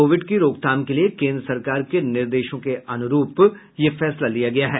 Covid की रोकथाम के लिए केन्द्र सरकार के निर्देशों के अनुरूप यह फैसला लिया गया है